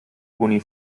toni